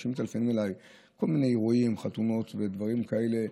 אנשים מטלפנים אליי עם כל מיני אירועים וחתונות ודברים כאלה.